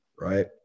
right